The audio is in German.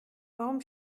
warum